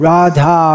Radha